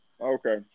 Okay